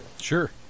Sure